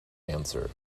answer